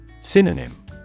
Synonym